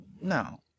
No